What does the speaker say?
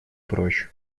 прочь